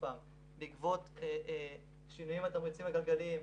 בעקבות שינויים בתמריצים הכלכליים,